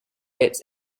its